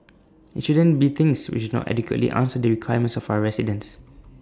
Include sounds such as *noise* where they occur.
*noise* IT shouldn't be things which not adequately answer the requirements of our residents